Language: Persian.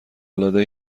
العاده